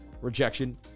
rejection